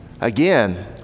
Again